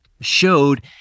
showed